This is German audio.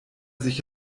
sich